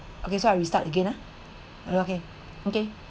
okay so I will start again ah okay okay